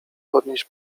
podnieść